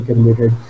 related